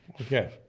Okay